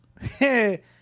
hey